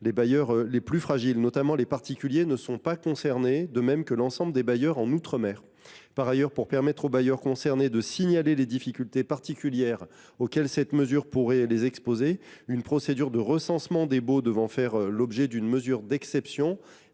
Les bailleurs les plus fragiles, notamment les particuliers, ne sont pas concernés, de même que l’ensemble des bailleurs des outre mer. Par ailleurs, pour permettre aux bailleurs concernés de signaler les difficultés particulières auxquelles cette mesure pourrait les exposer, une procédure de recensement des baux devant faire l’objet d’une mesure d’exception